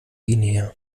guinea